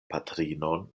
patrinon